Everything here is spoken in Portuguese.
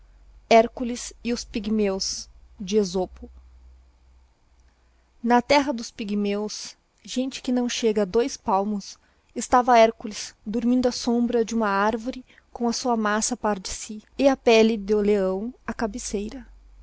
hercules e os pigmeos na terra dos pigmeos gente que não chega a dons palmos estava hercules dormindo á sombra de huma arvore com a sua maça a par de si e a pelle do leão á cabeceira